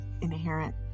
inherent